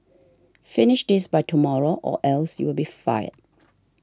finish this by tomorrow or else you'll be fired